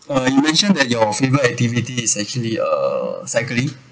uh you mentioned that your favourite activity it's actually uh cycling